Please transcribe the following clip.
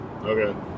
Okay